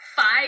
Five